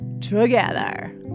together